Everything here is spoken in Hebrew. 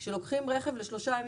כאשר לוקחים רכב לשלושה ימים,